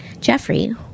Jeffrey